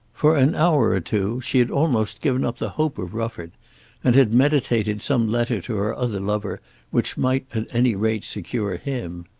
for an hour or two she had almost given up the hope of rufford and had meditated some letter to her other lover which might at any rate secure him.